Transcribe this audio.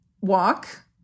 walk